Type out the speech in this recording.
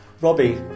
Robbie